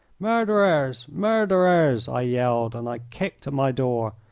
murderers! murderers! i yelled, and i kicked at my door,